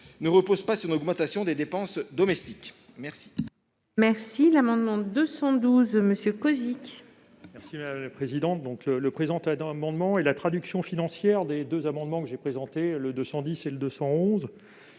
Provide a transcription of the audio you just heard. ne repose pas sur une augmentation des dépenses domestiques.